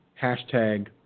Hashtag